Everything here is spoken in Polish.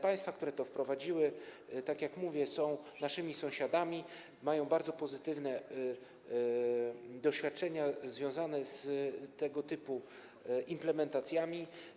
Państwa, które to wprowadziły - tak jak mówię, są one naszymi sąsiadami - mają bardzo pozytywne doświadczenia związane z tego typu implementacjami.